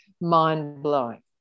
mind-blowing